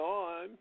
on